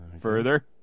Further